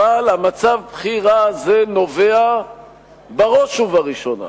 אבל המצב הבכי רע הזה נובע בראש ובראשונה